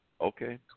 okay